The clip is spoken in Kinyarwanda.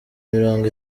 mirongo